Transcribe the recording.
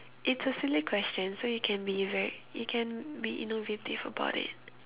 it's a silly question so you can be very you can be innovative about it